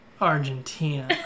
argentina